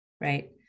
Right